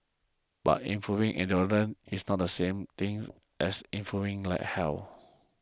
but improving endurance is not the same thing as improving health